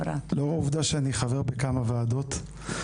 לאור העובדה שאני חבר בכמה ועדות,